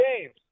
games